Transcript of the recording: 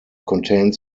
contains